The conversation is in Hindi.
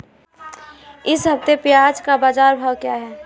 इस हफ्ते प्याज़ का बाज़ार भाव क्या है?